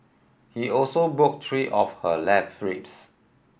he also broke three of her left ribs